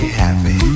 happy